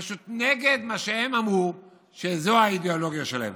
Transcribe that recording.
פשוט נגד מה שהם אמרו שזה האידיאולוגיה שלהם.